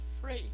free